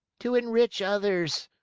to enrich others!